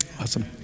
Awesome